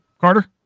Carter